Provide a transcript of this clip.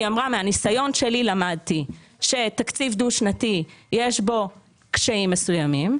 אמרה: מהניסיון שלי למדתי שבתקציב דו שנתי יש קשיים מסוימים,